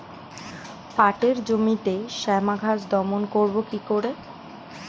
পাটের জমিতে শ্যামা ঘাস দমন করবো কি করে?